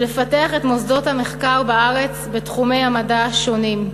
לפתח את מוסדות המחקר בארץ בתחומי המדע השונים,